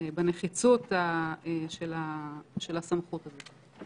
בנחיצות של הסמכות הזאת.